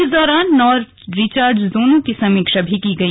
इस दौरान नौ रिचार्ज जोनों की समीक्षा की गई